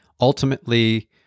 ultimately